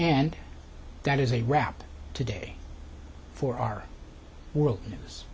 and that is a wrap today for our world news